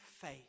faith